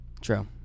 true